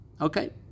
Okay